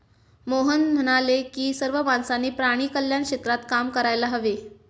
मोहन म्हणाले की सर्व माणसांनी प्राणी कल्याण क्षेत्रात काम करायला हवे